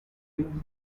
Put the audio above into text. june